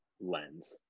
lens